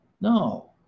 No